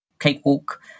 Cakewalk